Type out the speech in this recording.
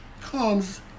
comes